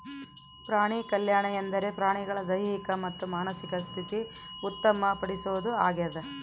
ಪ್ರಾಣಿಕಲ್ಯಾಣ ಎಂದರೆ ಪ್ರಾಣಿಗಳ ದೈಹಿಕ ಮತ್ತು ಮಾನಸಿಕ ಸ್ಥಿತಿ ಉತ್ತಮ ಪಡಿಸೋದು ಆಗ್ಯದ